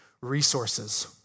resources